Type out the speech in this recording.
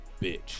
Bitch